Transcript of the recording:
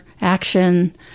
action